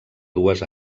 dues